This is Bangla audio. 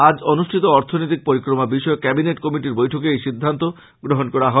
আজ অনুষ্ঠিত অর্থনৈতিক পরিক্রমা বিষয়ক কেবিনেট কমিটির বৈঠকে এই সিদ্ধান্ত গ্রহন করা হয়